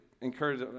encourage